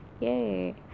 yay